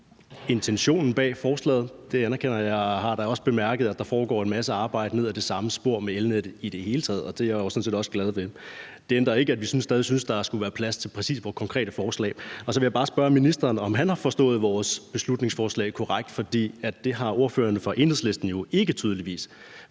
intentionen bag forslaget. Det anerkender jeg og har da også bemærket, at der foregår en masse arbejde ned ad det samme spor med elnet i det hele taget, og det er jeg sådan set også glad ved. Det ændrer ikke på, at vi stadig synes, der skulle være plads til præcis vores konkrete forslag. Så vil jeg bare spørge ministeren, om han har forstået vores beslutningsforslag korrekt, for det har ordføreren for Enhedslisten jo tydeligvis